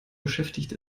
beschäftigt